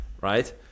right